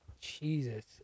Jesus